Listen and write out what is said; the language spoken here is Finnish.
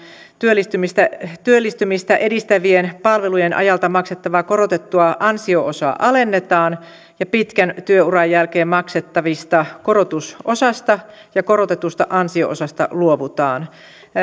työllistymistä työllistymistä edistävien palvelujen ajalta maksettavaa korotettua ansio osaa alennetaan ja pitkän työuran jälkeen maksettavista korotusosasta ja korotetusta ansio osasta luovutaan